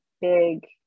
big